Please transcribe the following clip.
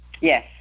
Yes